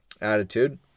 attitude